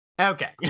Okay